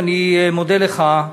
אני מודה לך,